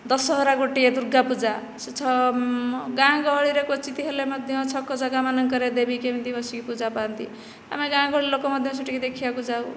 ଦଶହରା ଗୋଟିଏ ଦୁର୍ଗା ପୂଜା ସେ ଛଅ ଗାଁ ଗହଳିରେ କ୍ଵଚିତ ହେଲେ ମଧ୍ୟ ଛକ ଜାଗାମାନଙ୍କରେ ଦେବୀ କେମିତି ବସିକି ପୂଜା ପାଆନ୍ତି ଆମେ ଗାଁ ଗହଳିର ଲୋକ ମଧ୍ୟ ସେଠିକି ଦେଖିବାକୁ ଯାଉ